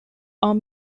are